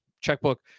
checkbook